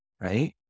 right